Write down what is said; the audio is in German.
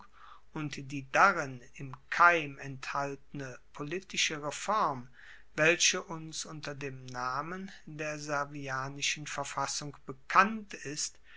und die darin im keim enthaltene politische reform welche uns unter dem namen der servianischen verfassung bekannt ist